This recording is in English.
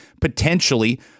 potentially